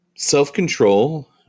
Self-control